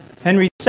Henry